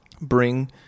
bring